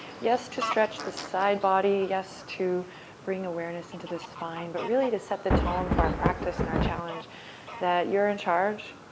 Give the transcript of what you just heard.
yes, to stretch the side body. yes, to bring awareness into the spine, but really to set the tone for our practice and our challenge that you're in charge.